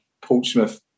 Portsmouth